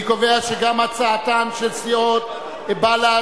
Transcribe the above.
אני קובע שגם הצעתן של סיעות בל"ד,